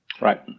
Right